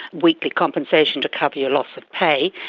weekly compensation to cover your loss of pay.